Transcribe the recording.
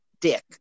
dick